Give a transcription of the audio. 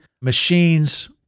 machines